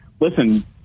listen